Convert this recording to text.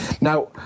Now